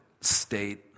state